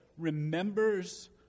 remembers